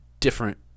different